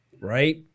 right